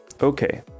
Okay